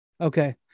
Okay